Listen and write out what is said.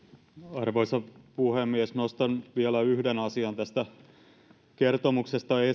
arvoisa puhemies nostan vielä yhden asian tästä kertomuksesta